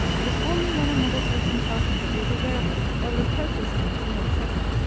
it is only when another person tells him that he is a were-wolf, or reproaches him with being such,